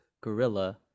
gorilla